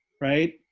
right